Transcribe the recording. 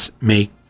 make